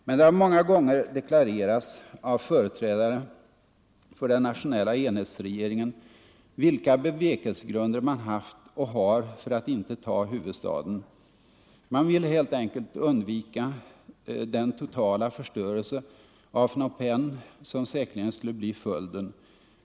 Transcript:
Men det har många gånger deklarerats av företrädare för den nationella enhetsregeringen vilka bevekelsegrunder man haft och har för att inte ta huvudstaden. Man vill helt enkelt undvika den totala förstörelse av Phnom Penh som säkerligen skulle bli följden.